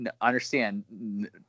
understand